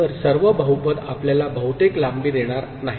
तर सर्व बहुपद आपल्याला बहुतेक लांबी देणार नाहीत